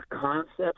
concept